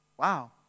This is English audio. Wow